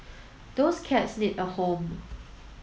those cats need a home